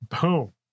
boom